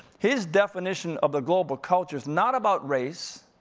his definition of the global culture is not about race,